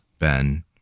Ben